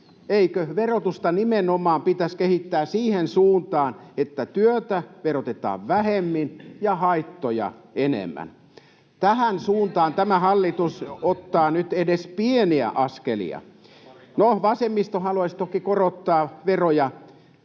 verotusta pitäisi kehittää nimenomaan siihen suuntaan, että työtä verotetaan vähemmän ja haittoja enemmän? Tähän suuntaan tämä hallitus ottaa nyt edes pieniä askelia. No, vasemmisto haluaisi toki korottaa veroja.